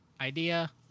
idea